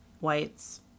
whites